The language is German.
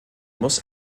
muss